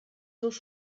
seus